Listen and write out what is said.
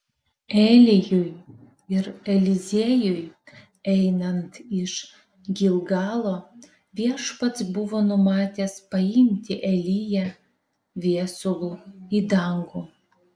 elijui ir eliziejui einant iš gilgalo viešpats buvo numatęs paimti eliją viesulu į dangų